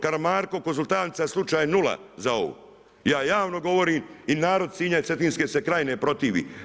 Karamarko, Konzultantica slučaj je nula za ovo. ja javno govorim i narod Sinja i Cetinske se krajine protivi.